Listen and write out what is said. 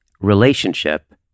relationship